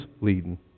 leading